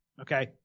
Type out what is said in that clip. Okay